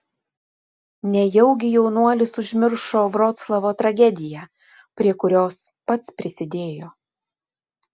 nejaugi jaunuolis užmiršo vroclavo tragediją prie kurios pats prisidėjo